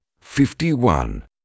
fifty-one